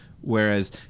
whereas